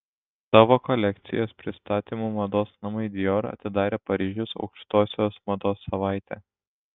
savo kolekcijos pristatymu mados namai dior atidarė paryžiaus aukštosios mados savaitę